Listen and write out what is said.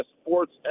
Sports